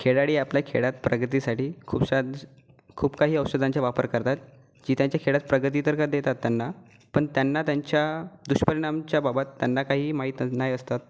खेळाडू आपल्या खेळात प्रगतीसाठी खूप सारीज खूप काही औषधांचा वापर करतात जे त्यांच्या खेळात प्रगती तर करू देतात त्यांना पण त्यांना त्यांच्या दुष्परिणामाच्याबाबत त्यांना काहीही माहीत नाही असतात